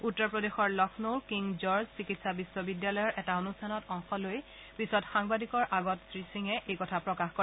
উত্তৰ প্ৰদেশৰ লক্ষ্ণৌৰ কিং জৰ্জ চিকিৎসা বিশ্ববিদ্যালয়ৰ এটা অনুষ্ঠানত অংশ লৈ পিছত সাংবাদিকৰ আগত শ্ৰীসিঙে এই কথা প্ৰকাশ কৰে